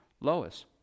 Lois